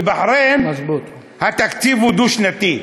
בבחריין התקציב הוא דו-שנתי,